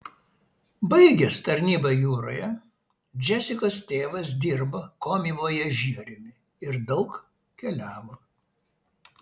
baigęs tarnybą jūroje džesikos tėvas dirbo komivojažieriumi ir daug keliavo